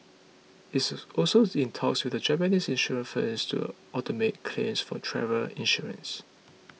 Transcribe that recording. it is also in talks with a Japanese insurance firm to automate claims for travel insurance